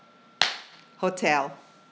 hotel